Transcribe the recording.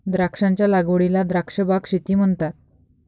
द्राक्षांच्या लागवडीला द्राक्ष बाग शेती म्हणतात